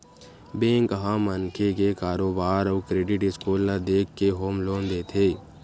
bank ह मनखे के कारोबार अउ क्रेडिट स्कोर ल देखके होम लोन देथे